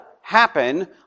happen